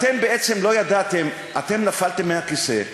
אתם בעצם לא ידעתם, אתם נפלתם מהכיסא,